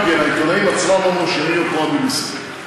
גם העיתונאים עצמם לא מאושרים כמו ה-BBC.